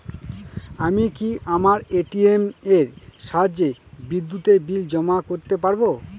আমি কি আমার এ.টি.এম এর সাহায্যে বিদ্যুতের বিল জমা করতে পারব?